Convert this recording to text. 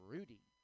Rudy